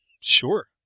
Sure